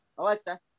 Alexa